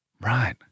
Right